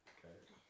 Okay